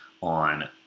on